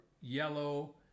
yellow